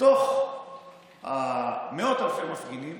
בתוך מאות אלפי המפגינים